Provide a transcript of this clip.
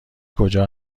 کجا